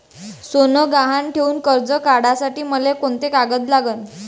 सोनं गहान ठेऊन कर्ज काढासाठी मले कोंते कागद लागन?